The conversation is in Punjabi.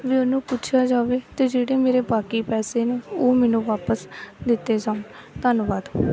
ਵੀ ਉਹਨੂੰ ਪੁੱਛਿਆ ਜਾਵੇ ਅਤੇ ਜਿਹੜੇ ਮੇਰੇ ਬਾਕੀ ਪੈਸੇ ਨੇ ਉਹ ਮੈਨੂੰ ਵਾਪਸ ਦਿੱਤੇ ਜਾਣ ਧੰਨਵਾਦ